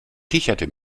kicherte